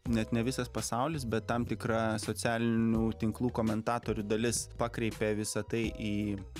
net ne visas pasaulis bet tam tikra socialinių tinklų komentatorių dalis pakreipė visa tai į